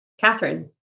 Catherine